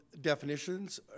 definitions